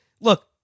look